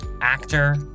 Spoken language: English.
actor